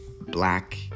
black